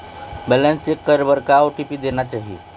Balance check करे बर का ओ.टी.पी देना चाही?